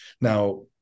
Now